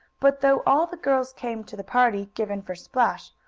but though all the girls came to the party given for splash,